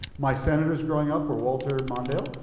my senators growing up were walter mondale,